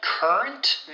Current